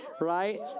Right